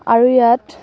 আৰু ইয়াত